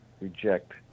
reject